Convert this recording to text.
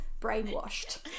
brainwashed